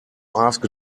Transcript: ask